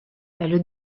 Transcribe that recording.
elle